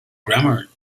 grammar